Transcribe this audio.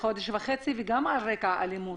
שהיה בו על רקע אלימות.